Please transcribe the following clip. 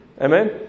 Amen